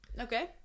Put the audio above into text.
Okay